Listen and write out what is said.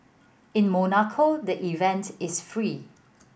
in Monaco the event is free